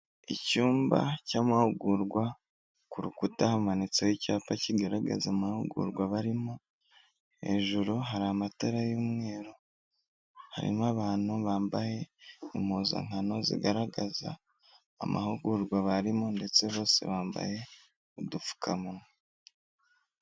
Icyumba cy'amahugurwa, ku rukuta hamanitseho icyapa kigaragaza amahugurwa barimo, hejuru hari amatara y'umweru, harimo abantu bambaye impuzankano zigaragaza amahugurwa barimo ndetse bose bambaye udupfukamunwa.